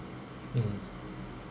mm